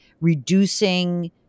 reducing